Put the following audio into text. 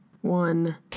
One